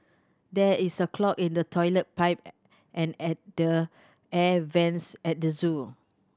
there is a clog in the toilet pipe and at the air vents at the zoo